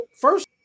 First